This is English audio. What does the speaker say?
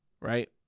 right